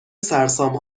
سرسام